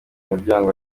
muryango